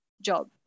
job